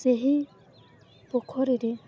ସେହି ପୋଖରୀରେ